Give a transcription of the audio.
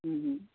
ହୁଁ ହୁଁ